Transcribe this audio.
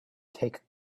take